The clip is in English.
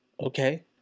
Okay